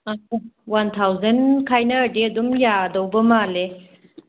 one thousand ꯈꯥꯏꯅꯔꯗꯤ ꯑꯗꯨꯝ ꯌꯥꯗꯧꯕ ꯃꯥꯜꯂꯦ